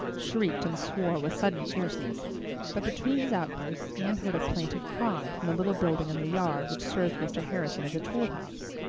shrieked and swore with sudden fierceness but between his outbursts anne heard a plaintive cry from the little building in the yard which served mr. harrison as a toolhouse.